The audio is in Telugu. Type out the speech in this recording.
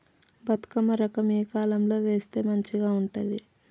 బతుకమ్మ రకం ఏ కాలం లో వేస్తే మంచిగా ఉంటది?